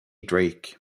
drake